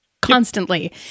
constantly